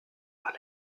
par